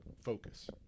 focus